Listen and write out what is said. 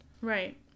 Right